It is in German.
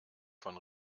von